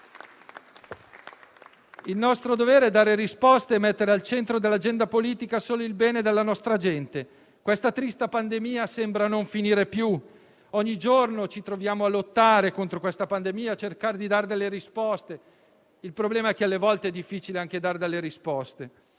Il nostro dovere è dare risposte e mettere al centro dell'agenda politica solo il bene della nostra gente. Questa triste pandemia sembra non finire più; ogni giorno ci troviamo a lottare contro di essa e a cercare di dare delle risposte. Il problema è che alle volte è difficile anche dare delle risposte.